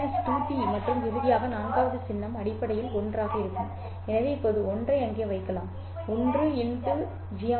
g மற்றும் இறுதியாக நான்காவது சின்னம் அடிப்படையில் 1 ஆக இருக்கும் எனவே இப்போது 1 ஐ அங்கே வைக்கலாம் 1